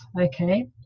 okay